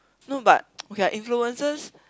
no but okay ah influences